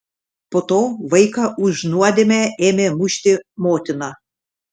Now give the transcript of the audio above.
po to vaiką už nuodėmę ėmė mušti motina